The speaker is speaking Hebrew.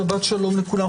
שבת שלום לכולם.